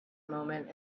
moment